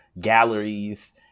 galleries